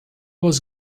was